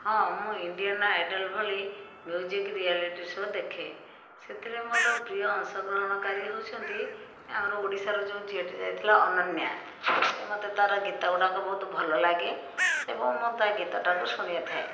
ହଁ ମୁଁ Indian Idol ଭଳି ମ୍ୟୁଜିକ ରିୟାଲିଟି ସୋ ଦେଖେ ସେଥିରେ ମୋର ପ୍ରିୟ ଅଂଶଗ୍ରହଣକାରୀ ହେଉଛନ୍ତି ଆମର ଓଡ଼ିଶାର ଯେଉଁ ଝିଅଟି ଯାଇଥିଲା ଅନନ୍ୟା ସେ ମୋତେ ତାର ଗୀତ ଗୁଡ଼ାକ ବହୁତ ଭଲ ଲାଗେ ଏବଂ ମୁଁ ତା ଗୀତଟାକୁ ଶୁଣିଥାଏ